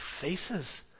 faces